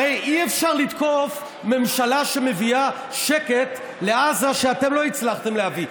הרי אי-אפשר לתקוף ממשלה שמביאה שקט לעזה שאתם לא הצלחתם להביא,